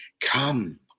come